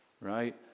right